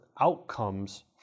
outcomes